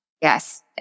Yes